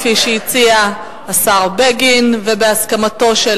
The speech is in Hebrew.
כפי שהציע השר בגין ובהסכמתו של